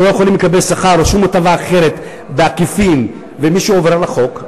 שלא יכולים לקבל שכר או שום הטבה אחרת בעקיפין ומישהו עובר על החוק,